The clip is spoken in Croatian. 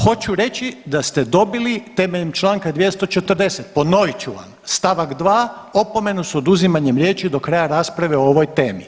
Hoću reći da ste dobili temeljem Članka 240. ponovit ću vam, stavak 2. opomenu s oduzimanjem riječi do kraja rasprave o ovoj temi.